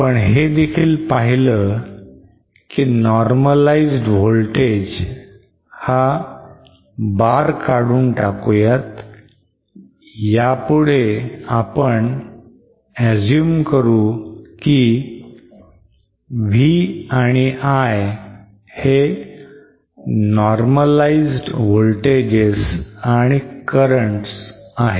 आपण हेदेखील पाहिलं की normalized voltage हा bar काढून टाकूयात यापुढे आपण assume करू की V आणि I हे normalized voltages and current आहेत